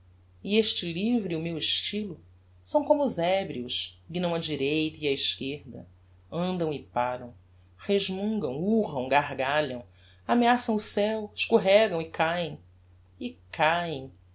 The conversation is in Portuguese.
e este livro e o meu estylo são como os ebrios guinam á direita e á esquerda andam e param resmungam urram gargalham ameaçam o ceu escorregam e cáem e cáem